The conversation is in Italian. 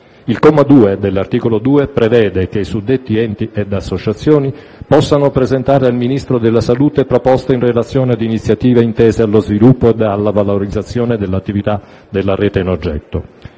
Il comma 2 dell'articolo 2 prevede che i suddetti enti ed associazioni possano presentare al Ministro della salute proposte in relazione ad iniziative intese allo sviluppo ed alla valorizzazione dell'attività della Rete in oggetto.